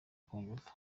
kunyumva